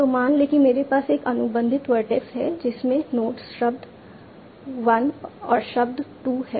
तो मान लें कि मेरे पास एक अनुबंधित वर्टेक्स है जिसमें नोड्स शब्द 1 और शब्द 2 है